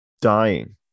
dying